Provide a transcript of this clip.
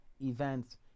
events